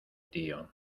tío